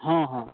हँ हँ